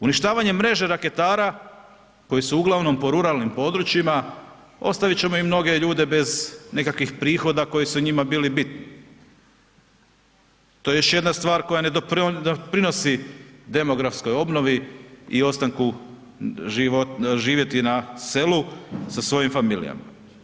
Uništavanjem mreže raketara koji su uglavnom po ruralnim područjima, ostavit ćemo i mnoge ljude bez nekakvih prihoda koji su njima bili bitni, to je još jedna stvar koja ne doprinosi demografskoj obnovi i ostanku živjeti na selu sa svojim familijama.